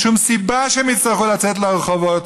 אין שום סיבה שהם יצטרכו לצאת לרחובות,